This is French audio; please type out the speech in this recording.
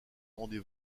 rendez